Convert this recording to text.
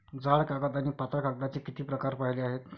जाड कागद आणि पातळ कागदाचे किती प्रकार पाहिले आहेत?